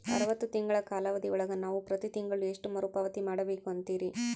ಅರವತ್ತು ತಿಂಗಳ ಕಾಲಾವಧಿ ಒಳಗ ನಾವು ಪ್ರತಿ ತಿಂಗಳು ಎಷ್ಟು ಮರುಪಾವತಿ ಮಾಡಬೇಕು ಅಂತೇರಿ?